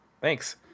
thanks